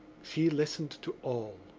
she listened to all.